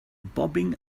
bobbing